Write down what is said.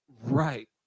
Right